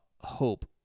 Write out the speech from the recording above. hope